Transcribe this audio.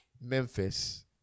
Memphis